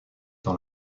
dans